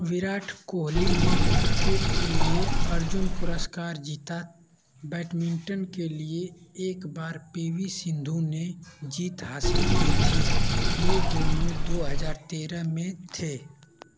विराट कोहली ने क्रिकेट के लिए अर्जुन पुरस्कार जीता बैडमिन्टन के लिए एक बार पी वी सिन्धु ने जीत हासिल की थी ये दोनों दो हज़ार तेरह में थे